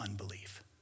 unbelief